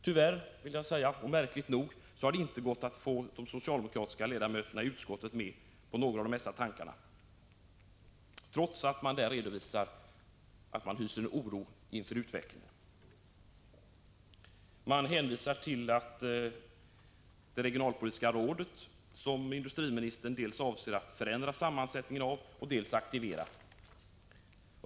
Tyvärr, och märkligt nog, har det inte gått att få utskottets socialdemokratiska ledamöter med på några av dessa tankar, trots att socialdemokraterna redovisar att man hyser oro inför utvecklingen. De nöjer sig med att hänvisa till det regionalpolitiska rådet, som industriministern avser att dels förändra sammansättningen av, dels aktivera.